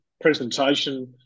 presentation